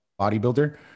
bodybuilder